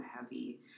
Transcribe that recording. heavy